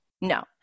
no